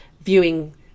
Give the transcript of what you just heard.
viewing